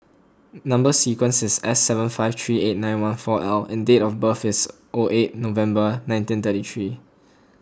Number Sequence is S seven five three eight one four L and date of birth is O eight November nineteen thirty three